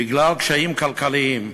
בגלל קשיים כלכליים.